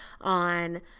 on